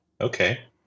Okay